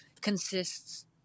consists